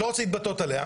אני לא רוצה להתבטא עליה,